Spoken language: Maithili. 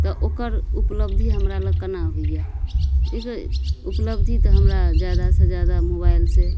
तऽ ओकर उपलब्धि हमरा लग केना होइया ई उपलब्धि तऽ हमरा जादा से जिदा मोबाइल से